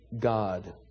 God